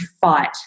fight